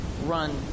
run